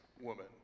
woman